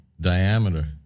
diameter